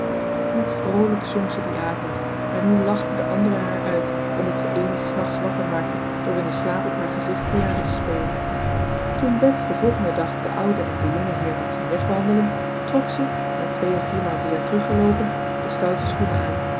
hoe vroolijk zong ze dien avond en hoe lachten de anderen haar uit omdat ze amy s nachts wakker maakte door in den slaap op haar gezicht piano te spelen toen bets den volgenden dag den ouden en den jongenheer had zien wegwandelen trok ze na twee of driemaal te zijn teruggeloopen de stoute schoenen aan